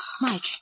Mike